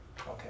Okay